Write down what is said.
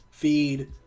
feed